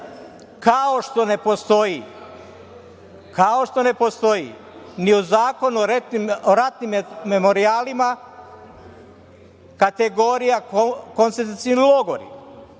organizmima, kao što ne postoji ni u Zakonu o ratnim memorijalima kategorija koncentracioni logori,